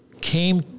came